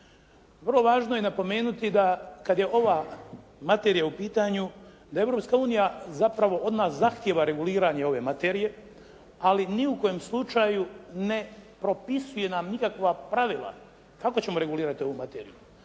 Vrlo važno je napomenuti da kada je ova materija u pitanju da Europska unija zapravo od nas zahtijeva reguliranje ove materije ali ni u kojem slučaju ne propisuje nam nikakva pravila kako ćemo regulirati ovu materiju,